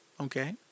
Okay